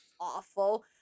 awful